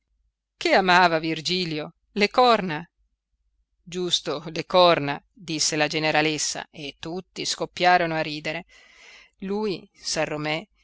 che amava virgilio le corna giusto le corna disse la generalessa e tutti scoppiarono a ridere lui san romé